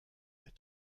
mehr